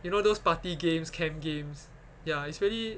you know those party games camp games ya it's really